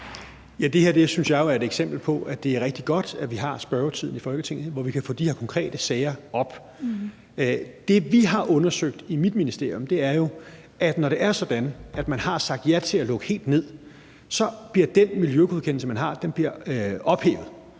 jeg jo er et eksempel på, at det er rigtig godt, at vi har spørgetiden i Folketinget, hvor vi kan få de her konkrete sager op. Det, vi har undersøgt i mit ministerium, er, at når det er sådan, at man har sagt ja til at lukke helt ned, så bliver den miljøgodkendelse, man har, ophævet.